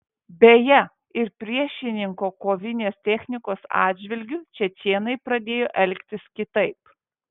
beje ir priešininko kovinės technikos atžvilgiu čečėnai pradėjo elgtis kitaip